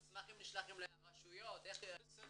אבל באיזה --- המסמכים נשלחים לרשויות --- אני